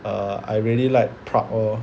err I really like Prague lor